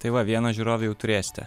tai va vieną žiūrovą jau turėsite